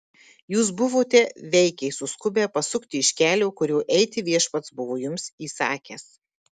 jūs buvote veikiai suskubę pasukti iš kelio kuriuo eiti viešpats buvo jums įsakęs